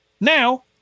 now